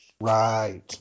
Right